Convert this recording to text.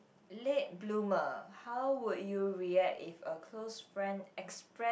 late bloomer how would you react if a close friend express